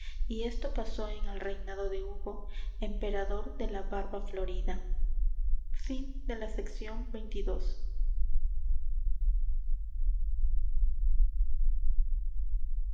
y esto pasó en el reinado de hugo emperador de la barba florida elogio de la